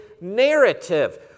narrative